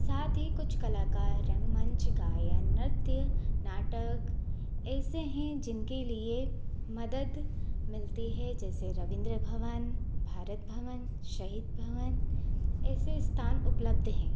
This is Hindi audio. साथ ही कुछ कलाकार रंगमंच गायन नृत्य नाटक ऐसे हैं जिनके लिए मदद मिलती है जैसे रविंद्र भवन भारत भवन शहीद भवन ऐसे स्थान उपलब्ध हैं